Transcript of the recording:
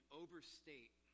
overstate